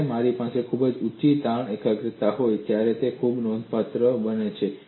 જ્યારે મારી પાસે ખૂબ જ ઊંચી તાણ એકાગ્રતા હોય ત્યારે તે ખૂબ જ નોંધપાત્ર બને છે